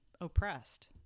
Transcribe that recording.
oppressed